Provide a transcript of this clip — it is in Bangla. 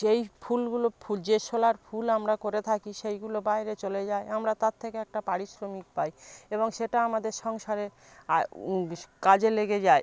সেই ফুলগুলো যে শোলার ফুল আমরা করে থাকি সেইগুলো বাইরে চলে যায় আমরা তার থেকে একটা পারিশ্রমিক পাই এবং সেটা আমাদের সংসারে কাজে লেগে যায়